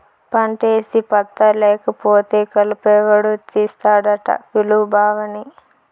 పంటేసి పత్తా లేకపోతే కలుపెవడు తీస్తాడట పిలు బావని